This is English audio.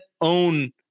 own